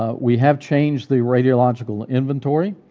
ah we have changed the radiological inventory,